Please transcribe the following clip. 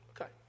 Okay